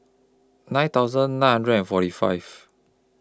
nine thousand nine hundred and forty five